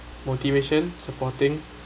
motivation supporting